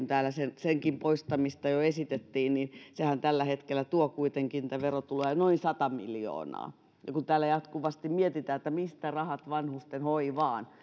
täällä senkin poistamista jo esitettiin mutta sehän tällä hetkellä tuo kuitenkin niitä verotuloja noin sata miljoonaa kun täällä jatkuvasti mietitään mistä rahat vanhustenhoivaan